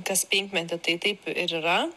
kas penkmetį tai taip ir yra